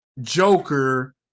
Joker